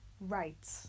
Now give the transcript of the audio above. right